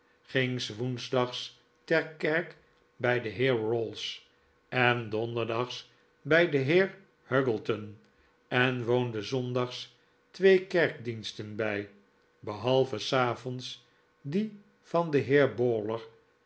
ging s woensdags ter kerk bij den heer rowls en donderdags bij den heer huggleton en woonde zondags twee kerkdiensten bij behalve s avonds dien van den